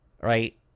right